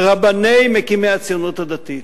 ברבנים מקימי הציונות הדתית.